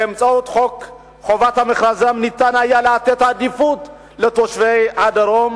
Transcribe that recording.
באמצעות חוק חובת המכרזים ניתן היה לתת עדיפות לתושבי הדרום,